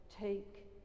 take